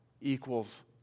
equals